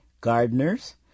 gardeners